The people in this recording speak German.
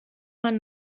man